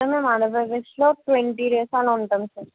మేము ఆంధ్రప్రదేశ్లో twenty days అలా ఉంటాం సార్